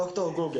ד"ר גוגל.